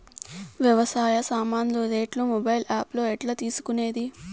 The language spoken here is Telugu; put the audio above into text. వ్యవసాయ సామాన్లు రేట్లు మొబైల్ ఆప్ లో ఎట్లా తెలుసుకునేది?